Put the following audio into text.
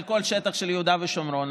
על כל שטח יהודה ושומרון,